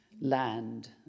land